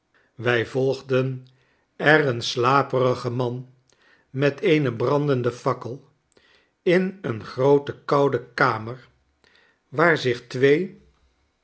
wij volgden er een slaperigen man met eene brandende fakkel in een groote koude kamer waar zich twee